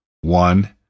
One